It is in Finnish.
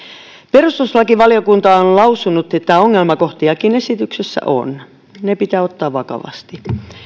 perustuslakivaliokunta on on lausunut että ongelmakohtiakin esityksessä on ne pitää ottaa vakavasti